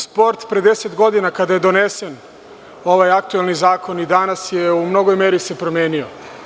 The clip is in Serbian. Sport pre 10 godina kada je donesen ovaj aktuelni zakon i danas se u mnogoj meri se promenio.